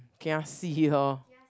kiasi lor